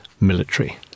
military